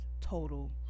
total